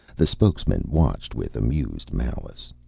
the spokesman watched with amused malice.